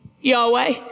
Yahweh